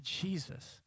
Jesus